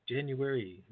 January